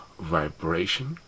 vibration